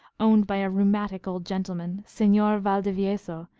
owned by a rheumatic old gentleman, senor valdevieso,